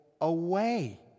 Away